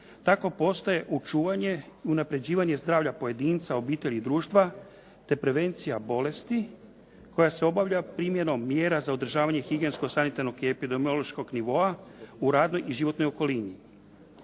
tako postaje očuvanje, unapređivanje zdravlja pojedinca, obitelji i društva, te prevencija bolesti koja se obavlja primjenom mjera za održavanje higijensko-sanitarnog i epidemiološkog nivoa u radnoj i životnoj okolini.